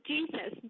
Jesus